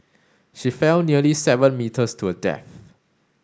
she fell nearly seven metres to her death